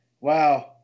wow